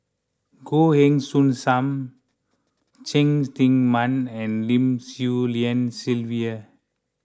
Goh Heng Soon Sam Cheng Tsang Man and Lim Swee Lian Sylvia